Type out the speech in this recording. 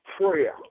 prayer